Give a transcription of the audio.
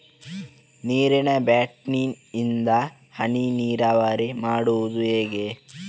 ನೀರಿನಾ ಬಾಟ್ಲಿ ಇಂದ ಹನಿ ನೀರಾವರಿ ಮಾಡುದು ಹೇಗೆ?